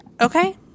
okay